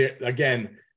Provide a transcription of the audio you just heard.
again